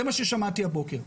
זה מה ששמעתי הבוקר.